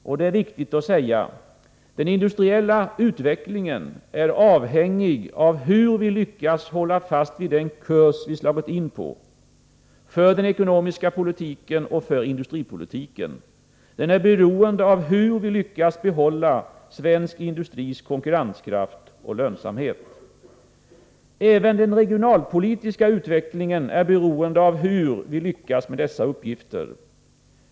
Och det är viktigt att säga: Den industriella utvecklingen är avhängig av hur vi lyckas hålla fast vid den kurs vi slagit in på — för den ekonomiska politiken och för industripolitiken. Den är beroende av hur vi lyckas bibehålla svensk industris konkurrenskraft och lönsamhet. Även den regionalpolitiska utvecklingen är beroende av hur vi lyckas med dessa uppgifter.